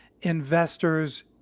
investors